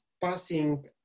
passing